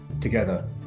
together